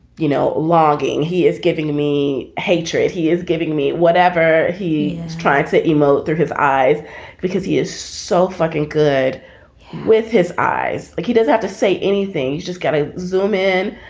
you know, logging. he is giving me hatred. he is giving me whatever. he is trying to emote through his eyes because he is so fucking good with his eyes. like he does have to say anything. you just gotta zoom in.